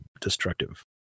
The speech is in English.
destructive